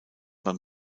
beim